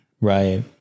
Right